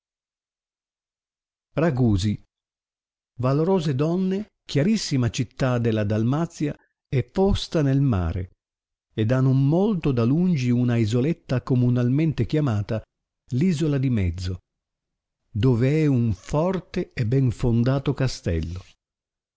ragusi valorose donne chiarissima città della dalmazia è posta nel mare ed ha non molto da lungi una isoletta communalmente chiamata l isola di mezzo dove è un forte e ben fondato castello